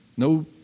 No